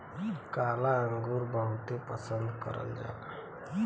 काला अंगुर बहुते पसन्द करल जाला